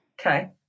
Okay